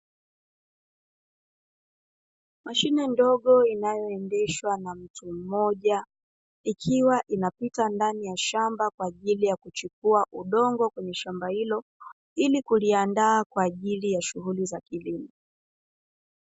Mashine ndogo inayoendeshwa na mtu mmoja, ikiwa inapita ndani ya shamba kwa ajili ya kuchukua udongo kwenye shamba hilo, ili kuliandaa kwa ajili ya shughuli za kilimo.